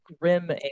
grim